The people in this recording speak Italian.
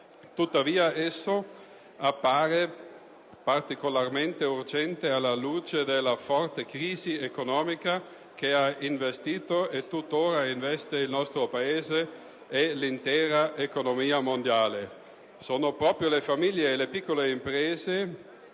Tuttavia, esso appare particolarmente urgente alla luce della forte crisi economica che ha investito e tuttora investe il nostro Paese e l'intera economia mondiale. Sono proprio le famiglie e le piccole imprese,